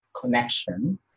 connection